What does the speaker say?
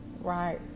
Right